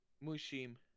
Mushim